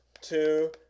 two